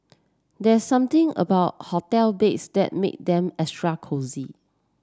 there's something about hotel beds that make them extra cosy